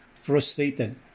Frustrated